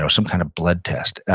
so some kind of blood test,